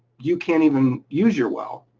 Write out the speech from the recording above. you can't even use your well,